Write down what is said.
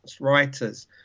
writers